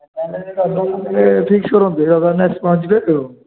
ତା'ହେଲେ ଫିକ୍ସ କରନ୍ତୁ ଏଇ ରବିବାର ଦିନ ଆସିକି ପହଞ୍ଚିବେ ଏଇଠୁ